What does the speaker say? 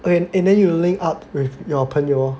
okay and then you link up with your 朋友